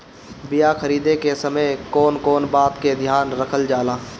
बीया खरीदे के समय कौन कौन बात के ध्यान रखल जाला?